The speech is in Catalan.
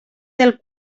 del